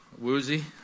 woozy